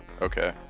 Okay